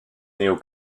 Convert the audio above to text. néo